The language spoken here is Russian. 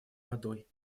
водой